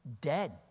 dead